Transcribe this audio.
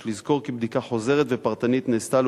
יש לזכור כי בדיקה חוזרת ופרטנית נעשתה